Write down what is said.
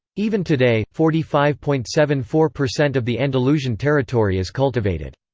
even today, forty five point seven four percent of the andalusian territory is cultivated.